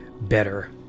better